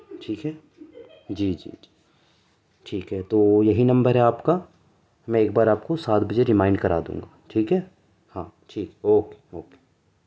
ٹھیک ہے جی جی ٹھیک ہے تو یہی نمبر ہے آپ کا میں ایک بار آپ کو سات بجے ریمائنڈ کرا دوں گا ٹھیک ہے ہاں ٹھیک ہے اوکے اوکے